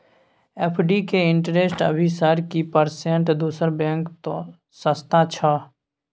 FD के interest अभी sir की परसेंट दूसरा बैंक त सस्ता छः?